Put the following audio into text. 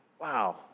Wow